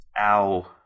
Ow